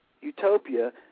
Utopia